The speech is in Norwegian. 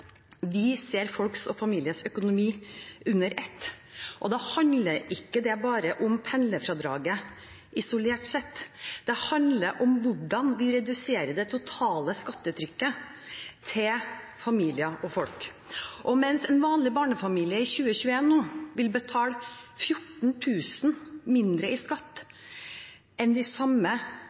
vi ser folk og familiers økonomi under ett, og da handler det ikke bare om pendlerfradraget isolert sett. Det handler om hvordan vi reduserer det totale skattetrykket til familier og folk. En vanlig barnefamilie vil i 2021 betale 14 000 kr mindre i skatt enn de